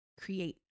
create